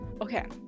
Okay